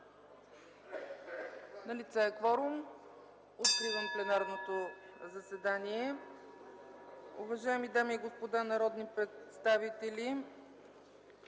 Налице е кворум. Откривам пленарното заседание. (Звъни.) Уважаеми дами и господа народни представители,